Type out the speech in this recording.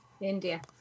India